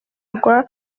rwa